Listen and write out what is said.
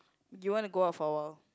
you want to go out for awhile